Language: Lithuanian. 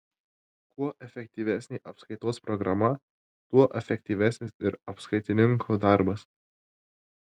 kuo efektyvesnė apskaitos programa tuo efektyvesnis ir apskaitininko darbas